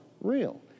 real